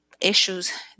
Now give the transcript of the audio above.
issues